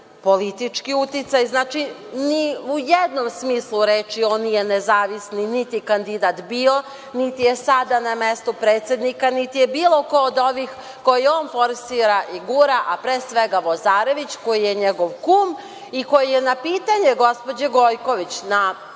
politički uticaj, znači ni u jednom smislu reči on nije nezavisni, niti kandidat bio, niti je sada na mestu predsednika, niti je bilo ko od ovih koje on forsira i gura, a pre svega Vozarević, koji je njegov kum i koji je na pitanje gospođe Gojković na